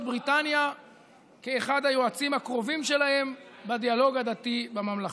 בריטניה אחד היועצים הקרובים שלהם בדיאלוג הדתי בממלכה.